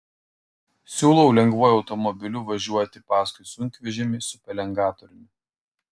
siūlau lengvuoju automobiliu važiuoti paskui sunkvežimį su pelengatoriumi